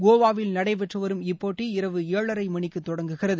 கோவாவில் நடைபெற்று வரும் இப்போட்டி இரவு ஏழரை மணிக்கு தொடங்குகிறது